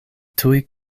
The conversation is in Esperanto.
tuj